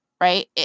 right